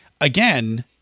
again